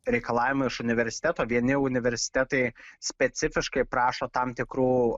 reikalavimą iš universiteto vieni universitetai specifiškai prašo tam tikrų